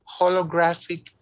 holographic